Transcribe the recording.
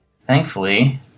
thankfully